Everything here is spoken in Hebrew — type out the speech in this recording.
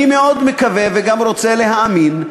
אני מאוד מקווה, וגם רוצה להאמין,